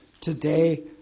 today